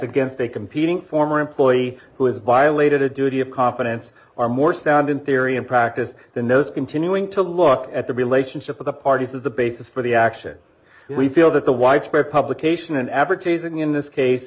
against a competing former employee who has violated a duty of competence are more sound in theory in practice than those continuing to look at the relationship of the parties as the basis for the action we feel that the widespread publication advertising in this case